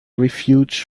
refuge